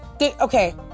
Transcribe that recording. okay